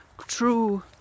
true